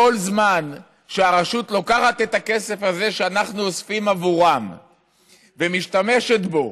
כל זמן שהרשות לוקחת את הכסף הזה שאנחנו אוספים עבורם ומשתמשת בו